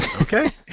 Okay